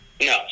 No